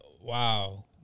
wow